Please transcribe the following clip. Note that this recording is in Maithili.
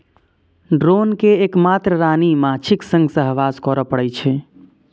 ड्रोन कें एक मात्र रानी माछीक संग सहवास करै पड़ै छै